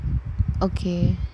okay